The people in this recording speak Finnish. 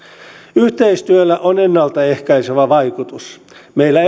yhteistyöllä on ennalta ehkäisevä vaikutus meillä